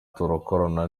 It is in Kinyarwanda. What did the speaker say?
turakorana